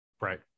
Right